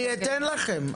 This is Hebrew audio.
אתן לכם,